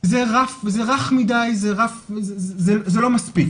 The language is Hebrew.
זה רך מדי, זה לא מספיק.